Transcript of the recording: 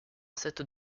cette